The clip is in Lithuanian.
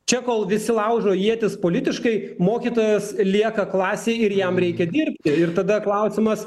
čia kol visi laužo ietis politiškai mokytojas lieka klasėj ir jam reikia dirbti ir tada klausimas